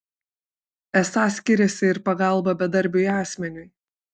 esą skiriasi ir pagalba bedarbiui asmeniui